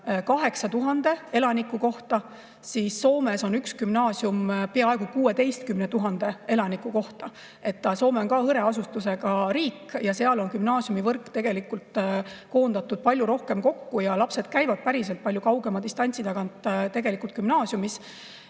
8000 elaniku kohta, siis Soomes on üks gümnaasium peaaegu 16 000 elaniku kohta. Soome on ka hõreasustusega riik ja seal on gümnaasiumivõrk koondatud palju rohkem kokku, lapsed käivad palju kaugema distantsi tagant gümnaasiumis.